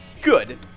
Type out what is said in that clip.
good